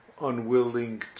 unwilling